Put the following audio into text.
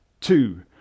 two